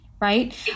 right